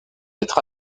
être